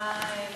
לא